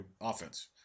offense